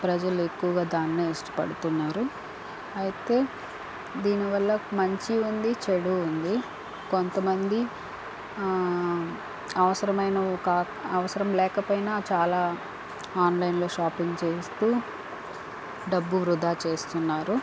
ప్రజలు ఎక్కువగా దాన్నే ఇష్టపడుతున్నారు అయితే దీనివల్ల ఒక మంచి ఉంది చెడు ఉంది కొంతమంది అవసరమైనవి కాక అవసరం లేకపోయినా చాలా ఆన్లైన్లో షాపింగ్ చేస్తూ డబ్బు వృధా చేస్తున్నారు